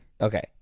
Okay